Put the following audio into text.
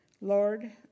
Lord